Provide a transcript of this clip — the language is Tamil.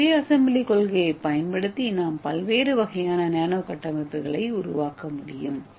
இந்த சுய அசெம்பிளி கொள்கையைப் பயன்படுத்தி நாம் பல்வேறு வகையான நானோ கட்டமைப்புகளை உருவாக்க முடியும்